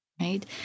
right